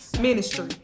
ministry